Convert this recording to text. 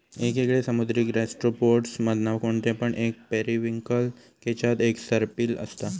येगयेगळे समुद्री गैस्ट्रोपोड्स मधना कोणते पण एक पेरिविंकल केच्यात एक सर्पिल असता